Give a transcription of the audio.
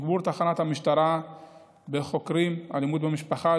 תגבור תחנות המשטרה בחוקרי אלימות במשפחה,